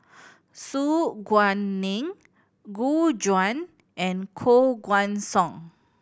Su Guaning Gu Juan and Koh Guan Song